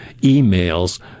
emails